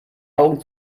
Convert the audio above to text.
augen